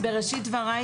בבקשה.